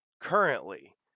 currently